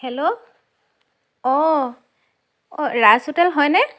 hello অঁ অঁ Raj hotel হয়নে